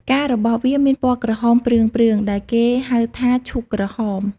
ផ្ការបស់វាមានពណ៌ក្រហមព្រឿងៗ ដែលគេហៅថា ឈូកក្រហម។